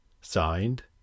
signed